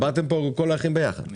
באתם לפה כל האחים ביחד.